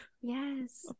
Yes